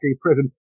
Prison